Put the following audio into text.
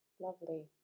lovely